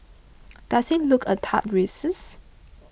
does it look a tad racist